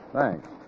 Thanks